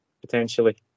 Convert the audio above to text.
potentially